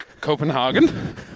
Copenhagen